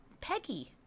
Peggy